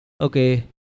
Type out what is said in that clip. Okay